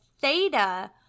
theta